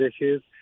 issues